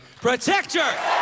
Protector